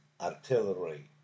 artillery